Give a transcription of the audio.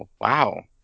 wow